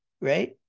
right